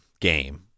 game